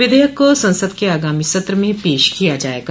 विधेयक को संसद के आगामी सत्र में पेश किया जाएगा